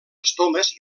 estomes